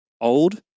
old